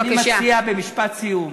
אני מציע, במשפט סיום.